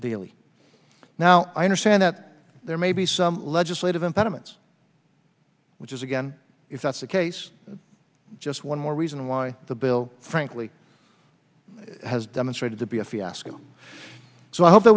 daily now i understand that there may be some legislative impediments which is again if that's the case just one more reason why the bill frankly has demonstrated to be a fiasco so i hope that